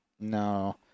No